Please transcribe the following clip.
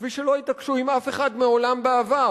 כפי שלא התעקשו עם אף אחד מעולם בעבר,